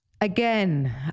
Again